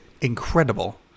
incredible